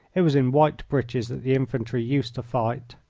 it was in white breeches that the infantry used to fight.